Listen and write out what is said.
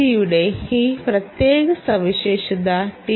ജിയുടെ ഈ പ്രത്യേക സവിശേഷത ടി